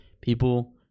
people